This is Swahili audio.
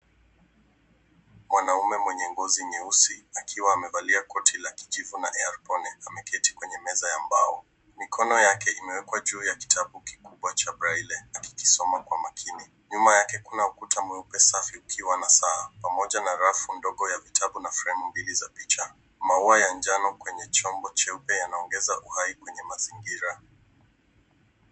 Mwanaume mwenye ngozi nyeusi akiwa amevalia koti la kijivu na airpods ameketi kwenye meza ya mbao. Mikono yake imeekwa juu ya kitabu kubwa cha braille akikisoma kwa makini. Nyuma yake kuna ukuta mweupe safi ukiwa na saa, pamoja na rafu ndogo ya vitabu na fremu mbili za picha. Maua ya njano kwenye chombo cheupe yanaongeza uhai kwenye mazingira.